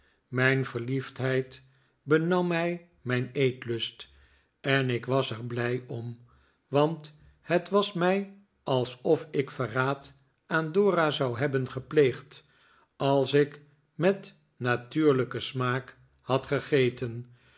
mijn verliefdheid benam mij mijn eetlust en ik was er blij om want het was mij alsof ik verraad aan dora zou hebben gepleegd als ik met natuurlijken smaak had gegeten